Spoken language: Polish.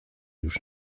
już